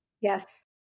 Yes